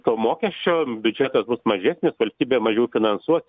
to mokesčio biudžetas bus mažesnis valstybė mažiau finansuos